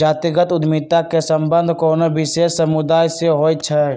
जातिगत उद्यमिता के संबंध कोनो विशेष समुदाय से होइ छै